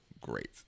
great